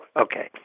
Okay